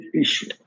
issue